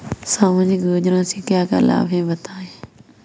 सामाजिक योजना से क्या क्या लाभ हैं बताएँ?